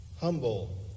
humble